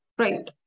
Right